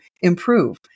improve